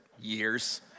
years